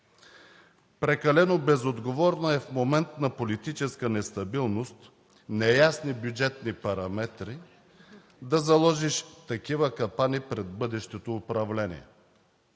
Прекалено безотговорно е в момент на политическа нестабилност, неясни бюджетни параметри, да заложиш такива капани пред бъдещото управление,